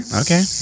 Okay